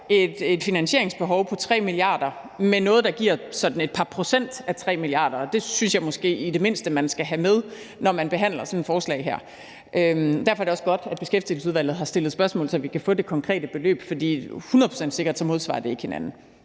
et finansieringsbehov på 3 mia. kr. med noget, der giver sådan et par procent af 3 mia. kr. Det synes jeg måske i det mindste man skal have med, når man behandler sådan et forslag her. Derfor er det også godt, at Beskæftigelsesudvalget har stillet spørgsmål, så vi kan få det konkrete beløb, for det er hundrede procent sikkert, at de ikke modsvarer hinanden.